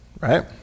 right